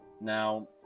Now